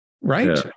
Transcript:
Right